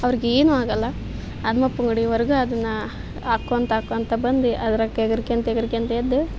ಅವ್ರ್ಗೆ ಏನೂ ಆಗೋಲ್ಲ ಹನ್ಮಪ್ಪನ ಗುಡೀವರ್ಗೂ ಅದನ್ನು ಹಾಕ್ಕೊಂತ ಹಾಕ್ಕೊಂತ ಬಂದು ಅದ್ರಾಗೆ ಕೆದ್ರಿಕ್ಯಂತ ಕೆದ್ರಿಕ್ಯಂತ ಎದ್ದು